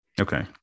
Okay